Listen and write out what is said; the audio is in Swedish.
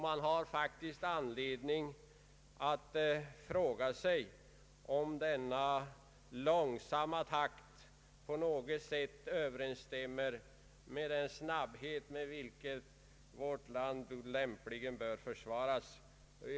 Man har faktiskt anledning att fråga sig om denna långsamma takt på något sätt överensstämmer med den snabbhet varmed vårt land lämpligen bör försvaras.